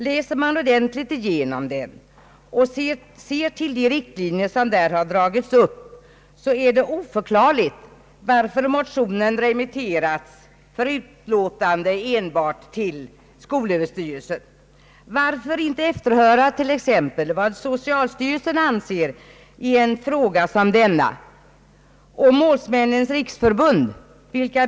Läser man ordentligt igenom den och ser till de riktlinjer som där har dragits upp, så är det oförklarligt, varför motionen remitterats för yttrande enbart till skolöverstyrelsen. Varför inte efterhöra t.ex. vad socialstyrelsen anser i en fråga som denna, och vad Målsmännens riksförbund anser?